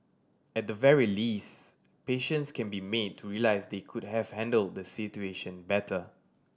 at the very least patients can be made to realise they could have handled the situation better